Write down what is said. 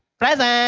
present!